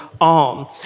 arm